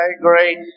great